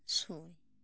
ᱟᱨ ᱥᱩᱭ